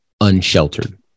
unsheltered